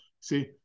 see